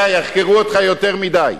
אתה יודע, יחקרו אותך יותר מדי.